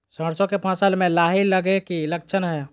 सरसों के फसल में लाही लगे कि लक्षण हय?